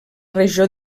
regió